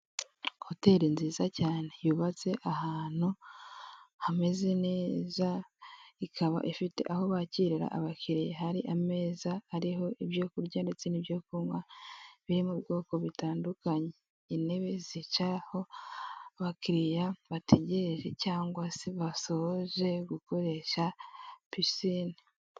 Hoteli nziza cyane yubatse ahantu hameze neza, ikaba ifite aho bakirira abakiriya hari ameza ariho ibyo kurya ndetse n'ibyo kunywa biri mu nzego zitandukanye, intebe zicaraho abakiriya nategereje cyangwa se basoje gukoresha pisine.